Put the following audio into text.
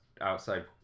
outside